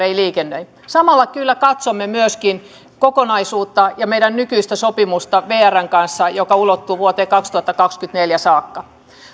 ei liikennöi samalla kyllä katsomme myöskin kokonaisuutta ja meidän nykyistä sopimustamme vrn kanssa joka ulottuu vuoteen kaksituhattakaksikymmentäneljä saakka